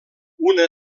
una